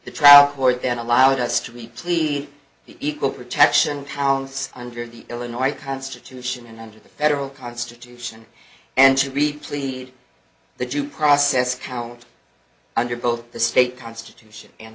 the trial court that allowed us to be plead equal protection pounds under the illinois constitution and under the federal constitution and should be pleading the jew process count under both the state constitution and